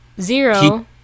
Zero